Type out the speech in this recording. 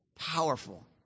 powerful